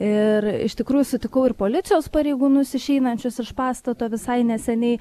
ir iš tikrųjų sutikau ir policijos pareigūnus išeinančius iš pastato visai neseniai